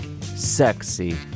Sexy